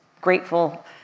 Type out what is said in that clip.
grateful